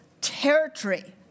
territory